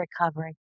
recovery